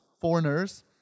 foreigners